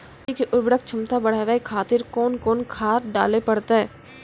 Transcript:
मिट्टी के उर्वरक छमता बढबय खातिर कोंन कोंन खाद डाले परतै?